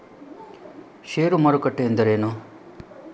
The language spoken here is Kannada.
ಷೇರು ಮಾರುಕಟ್ಟೆ ಎಂದರೇನು?